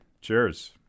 Cheers